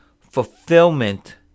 fulfillment